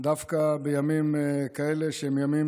דווקא בימים כאלה שהם ימים